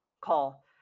call